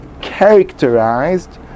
characterized